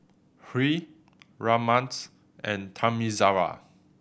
Hri Ramnath and Thamizhavel